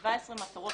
17 מטרות